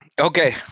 Okay